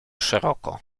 szeroko